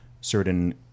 certain